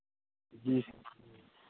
جی